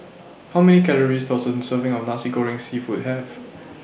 How Many Calories Does A Serving of Nasi Goreng Seafood Have